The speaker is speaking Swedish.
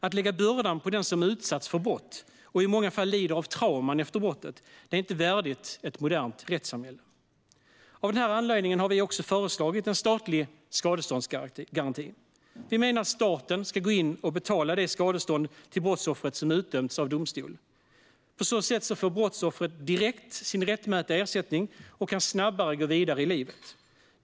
Att lägga bördan på den som utsatts för brott och i många fall lider av trauman efter brottet är inte värdigt ett modernt rättssamhälle. Av den anledningen har vi föreslagit en statlig skadeståndsgaranti. Vi menar att staten ska gå in och betala det skadestånd till brottsoffret som utdömts av domstol. På så sätt får brottsoffret direkt sin rättmätiga ersättning och kan snabbare gå vidare i livet.